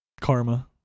karma